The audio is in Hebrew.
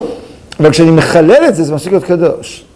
אבל כשאני מחלל את זה, זה מפסיק להיות קדוש.